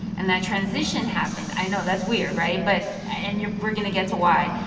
and that transition happened i know. that's weird, right? but and we're going to get to why.